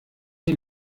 wir